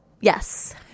Yes